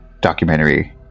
documentary